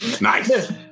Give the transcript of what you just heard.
nice